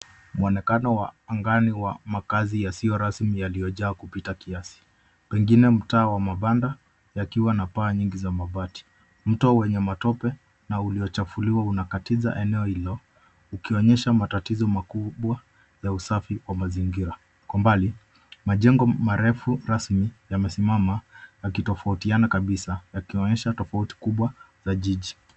Mwonekano wa angani ya makazi yasiyo rasmi yaliyojaa kupita kiasi. Pengine mtaa wa mabanda yakiwa na paa nyingi za mabati. Mto wenye matope na uliochafuliwa unakatiza eneo hilo, ukionyesha matatizo makubwa za usafi kwa mazingira. Kwa mbali, majengo marefu rasmi yamesimama, yakitofautiana kabisa, yakionyesha tofauti kubwa za jiji.